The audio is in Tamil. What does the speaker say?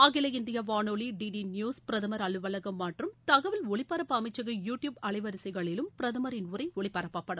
அகில இந்திய வானொலி டி டி நியூஸ் பிரதமர் அலுவலகம் மற்றும் தகவல் ஒலிபரப்பு அமைச்சக யூ டியூப் அலைவரிசைகளிலும் பிரதமரின் உரை ஒலிபரப்பப்படும்